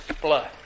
blood